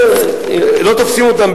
לא תופסים אותם,